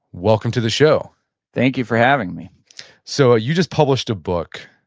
welcome to the show thank you for having me so, you just published a book.